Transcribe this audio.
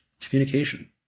communication